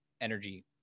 energy